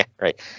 Right